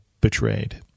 betrayed